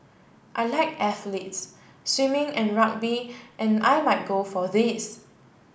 I like athletes swimming and rugby and I might go for these